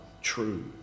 true